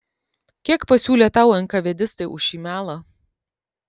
kiek pasiūlė tau enkavėdistai už šį melą